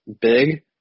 big